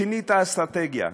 שינית אסטרטגיה,